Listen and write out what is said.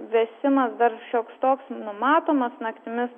vėsimas dar šioks toks numatomas naktimis